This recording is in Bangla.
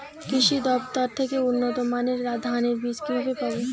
কৃষি দফতর থেকে উন্নত মানের ধানের বীজ কিভাবে পাব?